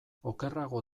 okerrago